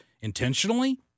intentionally